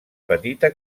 petita